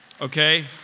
okay